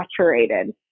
saturated